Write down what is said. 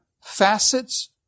facets